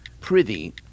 prithee